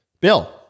Bill